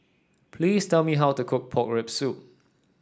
please tell me how to cook Pork Rib Soup